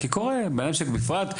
במשק בפרט,